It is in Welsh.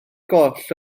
goll